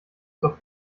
zur